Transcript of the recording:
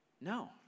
No